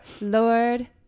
Lord